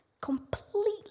completely